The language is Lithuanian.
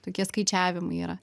tokie skaičiavimai yra